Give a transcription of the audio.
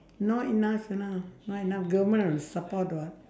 not enough you know not enough government will support [what]